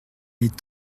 est